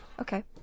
Okay